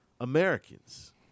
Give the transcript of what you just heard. Americans